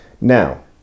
Now